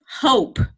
hope